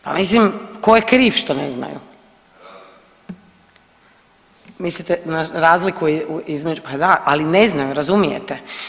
Pa mislim tko je kriv što ne znaju? … [[Upadica se ne razumije.]] Mislite na razliku između, pa da, ali ne znaju, razumijete.